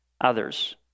others